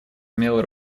умелое